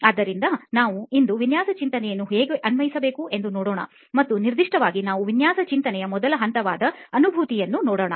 ಆದ್ದರಿಂದ ನಾವು ಇಂದು ವಿನ್ಯಾಸ ಚಿಂತನೆಯನ್ನು ಹೇಗೆ ಅನ್ವಯಿಸಬೇಕು ಎಂದು ನೋಡೋಣ ಮತ್ತು ನಿರ್ದಿಷ್ಟವಾಗಿ ನಾವು ವಿನ್ಯಾಸ ಚಿಂತನೆಯ ಮೊದಲ ಹಂತವಾದ ಅನುಭೂತಿಯನ್ನು ನೋಡೋಣ